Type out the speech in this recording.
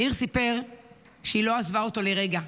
ניר סיפר שהיא לא עזבה אותו לרגע,